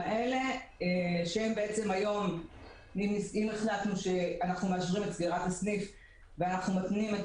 אם היום החלטנו שאנחנו מאשרים את סגירת הסניף אבל מתנים את